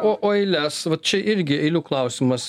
o o eiles va čia irgi eilių klausimas